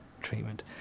treatment